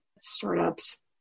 Startups